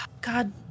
god